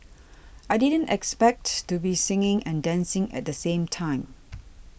I didn't expect to be singing and dancing at the same time